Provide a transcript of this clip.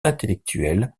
intellectuelles